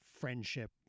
friendship